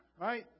right